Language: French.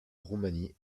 roumanie